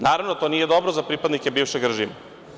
Naravno, naravno to nije dobro za pripadnike bivšeg režima.